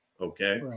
okay